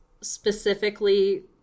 specifically